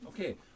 Okay